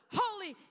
holy